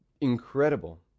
Incredible